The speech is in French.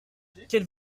quel